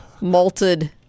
malted